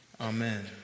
Amen